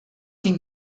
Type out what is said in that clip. can